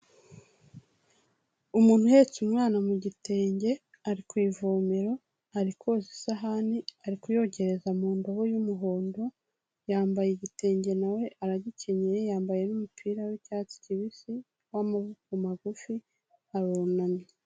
Umuntu uhetse umwana mu gitenge ari ku ivomero, ari koza isahani, ari kuyogereza mu ndobo y'umuhondo, yambaye igitenge na we aragikenyeye, yambaye n'umupira w'icyatsi kibisi w'amaboko magufi arunamye.